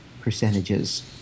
percentages